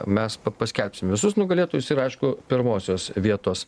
mes pa paskelbsim visus nugalėtojus ir aišku pirmosios vietos